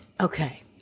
Okay